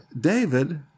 David